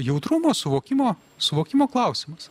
jautrumo suvokimo suvokimo klausimas